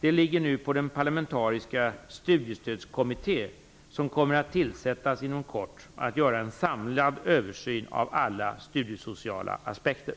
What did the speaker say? Det ligger nu på den parlamentariska studiestödskommitté som kommer att tillsättas inom kort att göra en samlad översyn av alla studiesociala aspekter.